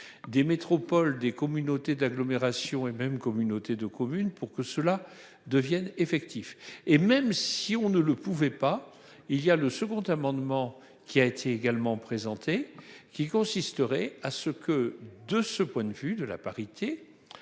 des métropoles des communautés d'agglomération et même communauté de commune pour que cela devienne effectif et même si on ne le pouvaient pas, il y a le second amendement qui a été également présentée qui consisterait à ce que de ce point de vue de la parité.